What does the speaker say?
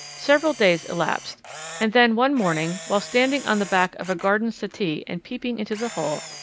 several days elapsed and then one morning, while standing on the back of a garden settee and peeping into the hole,